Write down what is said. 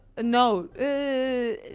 no